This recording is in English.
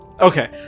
Okay